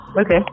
Okay